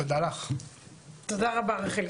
תודה רבה רחל,